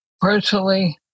personally